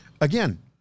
Again